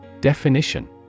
Definition